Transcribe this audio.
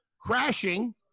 Crashing